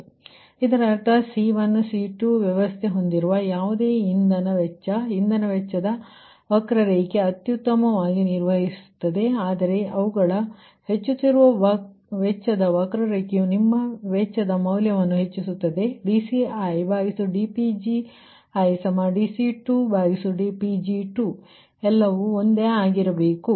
ಇದರರ್ಥ C1C2 ವ್ಯವಸ್ಥೆ ಹೊಂದಿರುವ ಯಾವುದೇ ಇಂಧನ ವೆಚ್ಚ ಇಂಧನ ವೆಚ್ಚದ ವಕ್ರರೇಖೆ ಅತ್ಯುತ್ತಮವಾಗಿ ನಿರ್ವಹಿಸುತ್ತದೆ ಆದರೆ ಅವುಗಳ ಹೆಚ್ಚುತ್ತಿರುವ ವೆಚ್ಚದ ವಕ್ರರೇಖೆಯು ನಿಮ್ಮ ವೆಚ್ಚದ ಮೌಲ್ಯವನ್ನು ಹೆಚ್ಚಿಸುತ್ತದೆ dC1dPg1dC2dPg2ಅವೆಲ್ಲವೂ ಒಂದೇ ಆಗಿರಬೇಕು